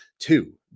two